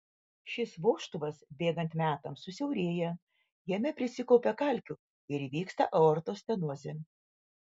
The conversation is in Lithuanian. šis vožtuvas bėgant metams susiaurėja jame prisikaupia kalkių ir įvyksta aortos stenozė